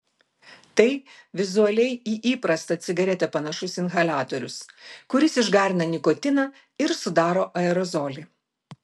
tai vizualiai į įprastą cigaretę panašus inhaliatorius kuris išgarina nikotiną ir sudaro aerozolį